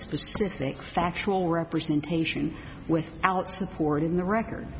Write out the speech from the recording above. specific factual representation with out supporting the record